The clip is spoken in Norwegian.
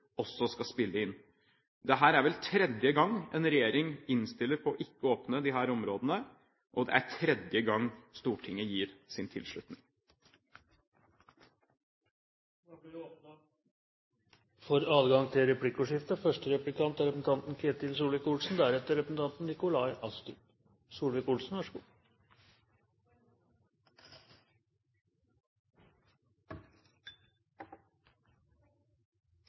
også skal spille inn. Dette er vel tredje gang en regjering innstiller på ikke å åpne disse områdene, og det er tredje gang Stortinget gir sin tilslutning. Det blir åpnet for replikkordskifte. Fremskrittspartiet mener det er fornuftig å ta en konsekvensutredning, fordi vi har erklært en vilje til å prøve å utvinne olje- og gassressursene. Så er